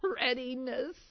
readiness